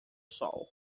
sol